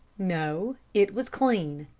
no it was clean.